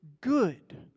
good